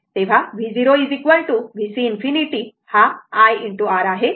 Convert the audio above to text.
तर v0 vc ∞ हा I R आहे